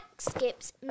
skips